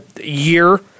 year